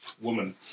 woman